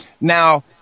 Now